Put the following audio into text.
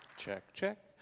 check, check,